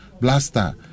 blaster